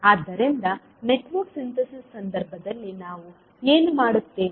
ಆದ್ದರಿಂದ network synthesis ಸಂದರ್ಭದಲ್ಲಿ ನಾವು ಏನು ಮಾಡುತ್ತೇವೆ